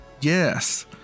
Yes